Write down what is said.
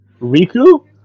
Riku